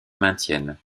maintiennent